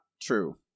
true